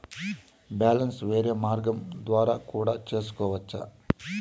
Balance వేరే మార్గం ద్వారా కూడా తెలుసుకొనొచ్చా?